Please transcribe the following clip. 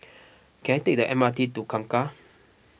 can I take the M R T to Kangkar